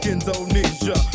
Indonesia